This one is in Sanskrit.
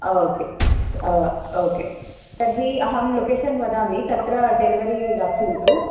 आ ओके आ ओके तर्हि अहं लोकेशन् वदामि तत्र डेलिवरि दास्यन्तु